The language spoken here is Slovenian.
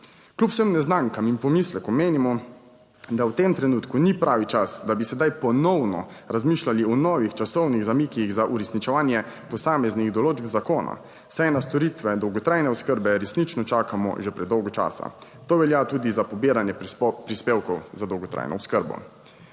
Kljub vsem neznankam in pomislekom menimo, da v tem trenutku ni pravi čas, da bi sedaj ponovno razmišljali o novih časovnih zamikih za uresničevanje posameznih določb zakona, saj na storitve dolgotrajne oskrbe resnično čakamo že predolgo časa. To velja tudi za pobiranje prispevkov za dolgotrajno oskrbo.